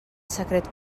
secret